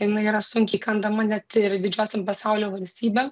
jinai yra sunkiai įkandama net ir didžiosiom pasaulio valstybėm